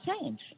change